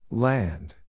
Land